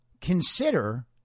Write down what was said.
consider